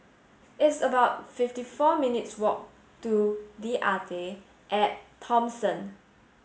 it's about fifty four minutes' walk to The Arte at Thomson